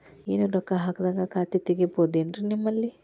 ಏನು ರೊಕ್ಕ ಹಾಕದ್ಹಂಗ ಖಾತೆ ತೆಗೇಬಹುದೇನ್ರಿ ನಿಮ್ಮಲ್ಲಿ?